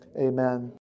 amen